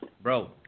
Bro